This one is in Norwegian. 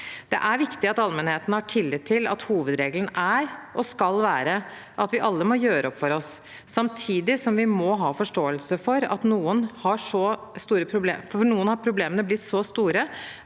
Det er viktig at allmennheten har tillit til at hovedregelen er og skal være at vi alle må gjøre opp for oss, samtidig som vi må ha forståelse for at problemene for noen har blitt så store at de